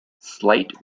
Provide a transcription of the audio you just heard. slight